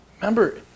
Remember